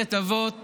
מסכת אבות